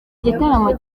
gitaramo